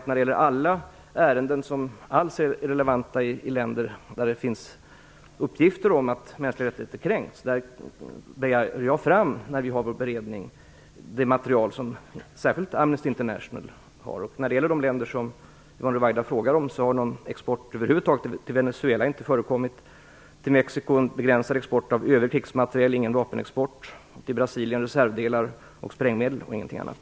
När det gäller de länder där det finns uppgifter om att mänskliga rättigheter kränks lägger jag inför beredningen fram det material som särskilt Amnesty International har. Någon export till Venezuela har över huvud taget inte förekommit. Till Mexico har det skett en begränsad export av övrig krigsmateriel och ingen vapenexport. Till Brasilien har man såvitt jag vet exporterat reservdelar och sprängmedel och ingenting annat.